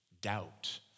doubt